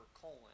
colon